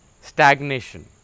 stagnation